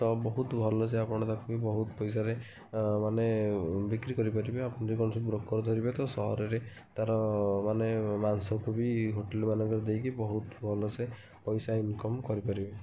ତ ବହୁତ ଭଲ ସେ ଆପଣ ତାକୁ ବି ବହୁତ ପଇସାରେ ମାନେ ବିକ୍ରି କରିପାରିବେ ଆପଣ ଯଦି କୌଣସି ବ୍ରୋକର୍ ଧରିବେ ତ ସହରରେ ତା'ର ମାନେ ମାଂସକୁ ବି ହୋଟେଲ୍ମାନଙ୍କରେ ଦେଇକି ବହୁତ ଭଲ ସେ ପଇସା ଇନକମ୍ କରିପାରିବେ